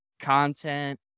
content